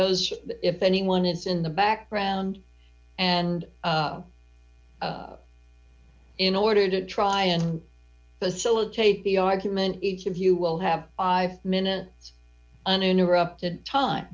those if anyone is in the background and in order to try and facilitate the argument each of you will have five minutes uninterrupted time